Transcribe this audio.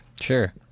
Sure